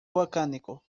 volcánico